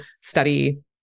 study